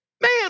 Man